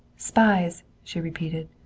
spies, she repeated.